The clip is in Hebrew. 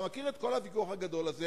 אתה מכיר את כל הוויכוח הגדול הזה.